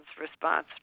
response